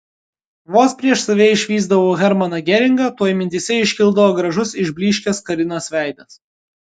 vos prieš save išvysdavau hermaną geringą tuoj mintyse iškildavo gražus išblyškęs karinos veidas